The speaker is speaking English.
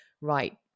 right